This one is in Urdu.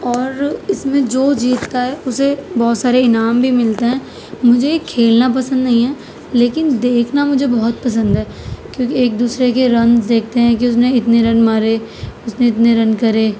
اور اس میں جو جیتتا ہے اسے بہت سارے انعام بھی ملتا ہے مجھے یہ کھیلنا پسند نہیں ہے لیکن دیکھنا مجھے بہت پسند ہے کیونکہ ایک دوسرے کے رن دیکھتے ہیں کہ اس نے اتنے رن مارے اس نے اتنے رن کرے